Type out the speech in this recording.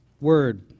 word